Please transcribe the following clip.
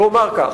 אומר כך: